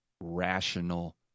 rational